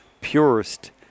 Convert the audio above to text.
purest